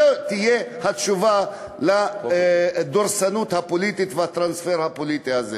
זו תהיה התשובה לדורסנות הפוליטית והטרנספר הפוליטי הזה.